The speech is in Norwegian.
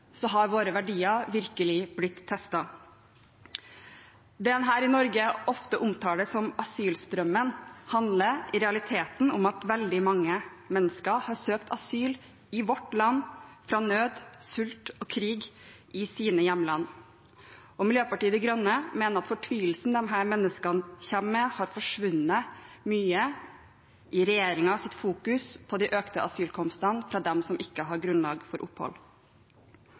har våre verdier virkelig blitt testet. Det en her i Norge ofte omtaler som «asylstrømmen», handler i realiteten om at veldig mange mennesker har søkt asyl i vårt land fra nød, sult og krig i sine hjemland. Miljøpartiet De Grønne mener at fortvilelsen disse menneskene kommer med, har forsvunnet mye i regjeringens fokus på de økte asylankomstene fra dem som ikke har grunnlag for opphold.